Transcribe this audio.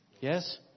Yes